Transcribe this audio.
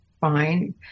fine